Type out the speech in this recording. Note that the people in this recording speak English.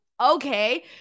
okay